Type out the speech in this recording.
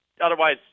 otherwise